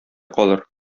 калыр